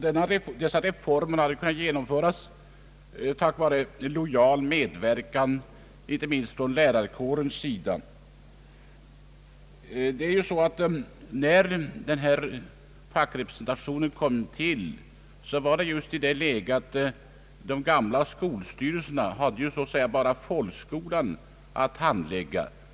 Dessa reformer har kunnat genomföras inte minst tack vare en lojal medverkan från lärarkårens sida. Fackrepresentationen i skolstyrelserna kom till när man så att säga lade allt under en hatt. De gamla skolstyrelserna hade bara folkskolan att handlägga.